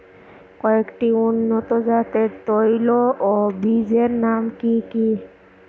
কয়েকটি উন্নত জাতের তৈল ও বীজের নাম কি কি?